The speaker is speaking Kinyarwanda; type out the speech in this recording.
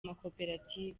makoperative